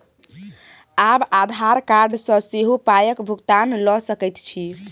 आब आधार कार्ड सँ सेहो पायक भुगतान ल सकैत छी